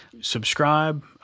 subscribe